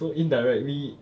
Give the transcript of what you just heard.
so indirectly